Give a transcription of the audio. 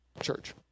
church